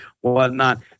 whatnot